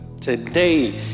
today